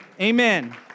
Amen